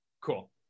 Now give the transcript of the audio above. Cool